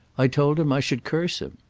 i told him i should curse him.